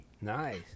Nice